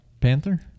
Panther